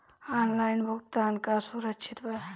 Online भुगतान का सुरक्षित बा?